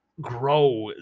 grow